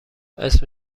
اسم